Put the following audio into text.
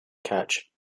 catch